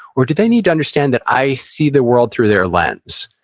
or, do they need to understand that i see the world through their lens?